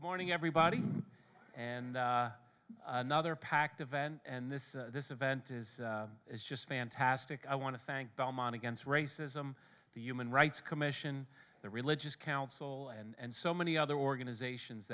morning everybody and another packed event and this this event is is just fantastic i want to thank belmont against racism the human rights commission the religious council and so many other organizations